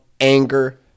anger